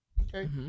Okay